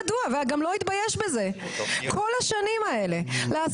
זה לא 20 אירועים בכמה שנים כמו שהוא אמר,